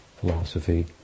philosophy